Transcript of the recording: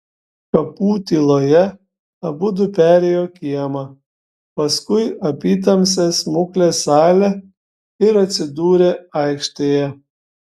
kapų tyloje abudu perėjo kiemą paskui apytamsę smuklės salę ir atsidūrė aikštėje